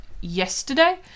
yesterday